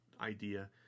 idea